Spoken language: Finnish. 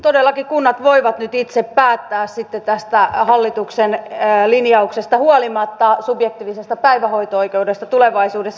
todellakin kunnat voivat nyt itse päättää sitten tästä hallituksen linjauksesta huolimatta subjektiivisesta päivähoito oikeudesta tulevaisuudessa